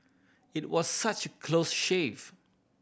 it was such close shave